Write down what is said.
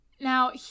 Now